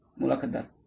मुलाखतदार होय